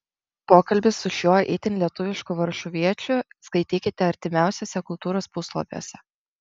pokalbį su šiuo itin lietuvišku varšuviečiu skaitykite artimiausiuose kultūros puslapiuose